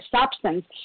substance